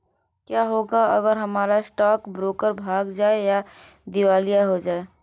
क्या होगा अगर हमारा स्टॉक ब्रोकर भाग जाए या दिवालिया हो जाये?